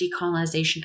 decolonization